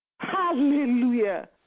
Hallelujah